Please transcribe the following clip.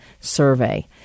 Survey